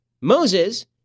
Moses